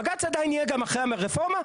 בג"ץ עדיין יהיה גם אחרי הרפורמה,